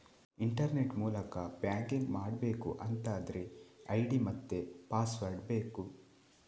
internet ಮೂಲಕ banking ಮಾಡ್ಬೇಕು ಅಂತಾದ್ರೆ ಐಡಿ ಮತ್ತೆ ಪಾಸ್ವರ್ಡ್ ಬೇಕು